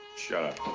shut up.